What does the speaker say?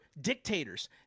dictators